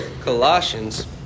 Colossians